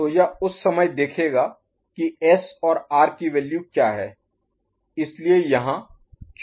तो यह उस समय देखेगा कि S और R की वैल्यू क्या है